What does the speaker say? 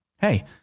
Hey